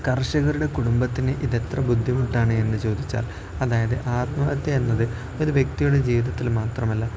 കർഷകരുടെ കുടുംബത്തിന് ഇതെത്ര ബുദ്ധിമുട്ടാണ് എന്ന് ചോദിച്ചാൽ അതായത് ആത്മഹത്യ എന്നത് ഒരു വ്യക്തിയുടെ ജീവിതത്തിൽ മാത്രമല്ല